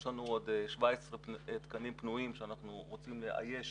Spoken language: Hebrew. יש לנו עוד 17 תקנים פנויים שאנחנו רוצים לאייש